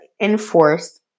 enforced